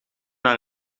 naar